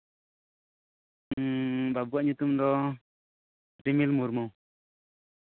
ᱩᱸᱻ ᱵᱟᱹᱵᱩᱣᱟᱜ ᱧᱩᱛᱩᱢ ᱫᱚ ᱨᱤᱢᱤᱞ ᱢᱩᱨᱢᱩ